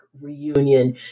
reunion